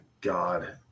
God